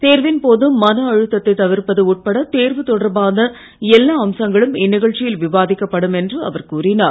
தேர்வின்போது மன அழுத்தத்தைத் தவிர்ப்பது உட்பட தொடர்பான எல்லா அம்சங்களும் இந்நிகழ்ச்சியில் கேர்வ விவாதிக்கப்படும்ன என்று அவர் கூறினார்